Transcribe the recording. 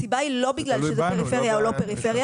הסיבה היא לא בגלל שזה פריפריה או לא פריפריה.